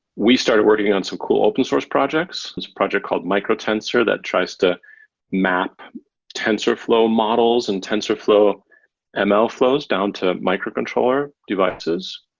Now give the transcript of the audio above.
we started working on some cool open source projects, this project called micro-tensor, that tries to map tensorflow models and tensorflow ah ml flows down to microcontroller devices.